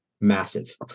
Massive